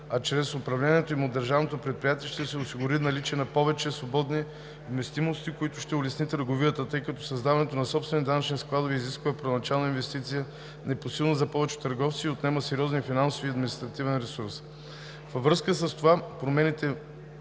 А чрез управляването им от държавното предприятие ще се осигури наличието на повече свободни вместимости, което ще улесни търговията, тъй като създаването на собствен данъчен склад изисква първоначална инвестиция, непосилна за повечето търговци и отнема сериозен финансов и административен ресурс. Във връзка с това промените